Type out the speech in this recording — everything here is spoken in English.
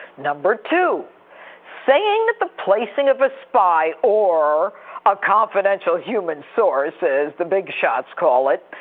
number two saying that the placing of a spy or a confidential human source, as the big shots call it,